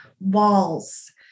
walls